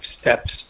steps